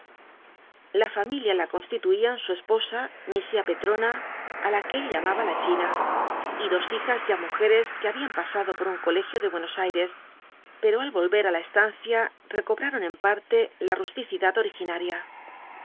la familia la constituían su esposa misiá petrona á la que él llamaba la china y dos hijas ya mujeres que habían pasado por un colegio de buenos aires pero al volver á la estancia recobraron en parte la rusticidad originaria